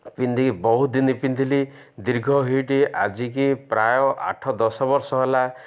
ପିନ୍ଧିକି ବହୁତ ଦିନ ପିନ୍ଧିଲି ଦୀର୍ଘ ହେଇଠି ଆଜିକି ପ୍ରାୟ ଆଠ ଦଶ ବର୍ଷ ହେଲା